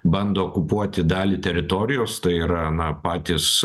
bando okupuoti dalį teritorijos tai yra na patys